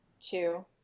Two